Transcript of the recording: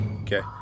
Okay